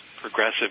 progressive